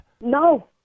No